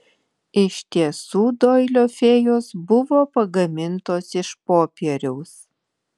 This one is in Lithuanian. iš tiesų doilio fėjos buvo pagamintos iš popieriaus